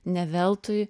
ne veltui